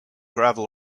gravel